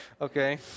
okay